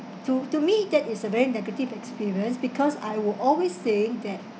to to me that is a very negative experience because I will always saying that